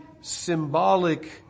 symbolic